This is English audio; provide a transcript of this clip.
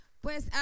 Pues